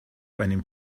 einem